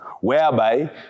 whereby